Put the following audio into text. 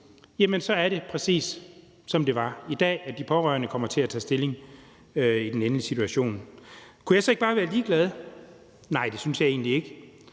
er det, præcis som det er i dag, nemlig at de pårørende kommer til at tage stilling i den endelige situation. Kunne jeg så ikke bare være ligeglad? Nej, det synes jeg egentlig ikke,